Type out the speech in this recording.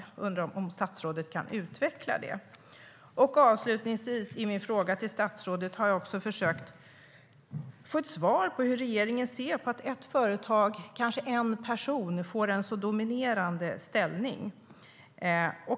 Jag undrar om statsrådet kan utveckla det. Avslutningsvis: I min interpellation till statsrådet har jag också försökt få ett svar på hur regeringen ser på att ett företag, kanske en person, får en så dominerande ställning.